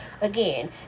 again